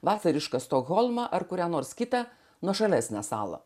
vasarišką stokholmą ar kurią nors kitą nuošalesnę salą